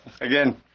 again